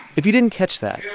if you didn't catch that,